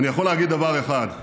אני יכול להגיד דבר אחד: